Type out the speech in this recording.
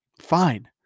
Fine